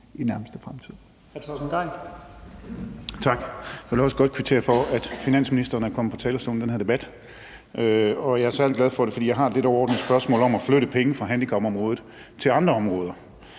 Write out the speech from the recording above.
i nærmeste fremtid.